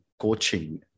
coaching